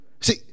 See